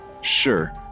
Sure